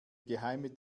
geheime